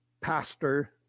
Pastor